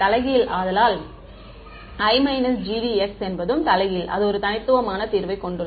அதனால் I GDX என்பதும் தலைகீழ் அது ஒரு தனித்துவமான தீர்வைக் கொண்டுள்ளது